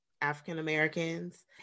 African-Americans